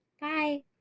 Bye